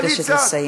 אני מבקשת לסיים.